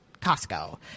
Costco